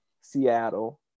Seattle